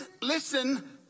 listen